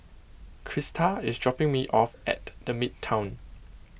Crista is dropping me off at the Midtown